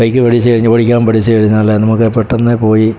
bike പഠിച്ചു കഴിഞ്ഞ് ഓടിക്കാൻ പഠിച്ചു കഴിഞ്ഞാൽ നമുക്ക് പെട്ടെന്ന് പോയി